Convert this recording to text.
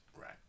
Right